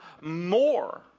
more